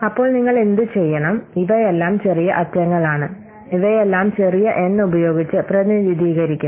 അപ്പോൾ നിങ്ങൾ എന്തുചെയ്യണം ഇവയെല്ലാം ചെറിയ അറ്റങ്ങളാണ് ഇവയെല്ലാം ചെറിയ എൻ ഉപയോഗിച്ച് പ്രതിനിധീകരിക്കുന്നു